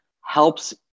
helps